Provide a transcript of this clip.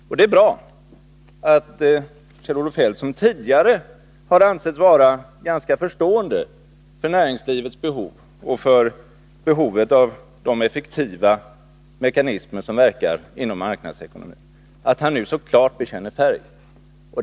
Och det är bra att Kjell-Olof Feldt, som tidigare har ansetts vara ganska förstående för näringslivets behov och för behovet av de effektiva mekanismer som verkar inom marknadsekonomin, nu så klart bekänner färg.